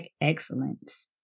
excellence